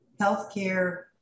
healthcare